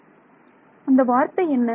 மாணவர் அந்த வார்த்தை என்ன